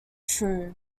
true